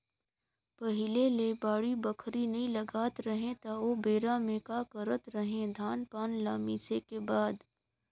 पहिले ले बाड़ी बखरी नइ लगात रहें त ओबेरा में का करत रहें, धान पान ल मिसे के बाद